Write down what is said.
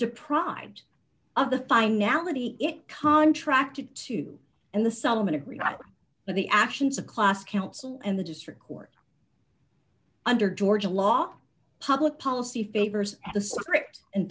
deprived of the finality it contracted to and the settlement agreement but the actions of class council and the district court under georgia law public policy favors the script and